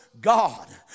God